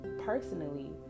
personally